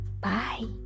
bye